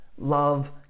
love